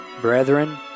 brethren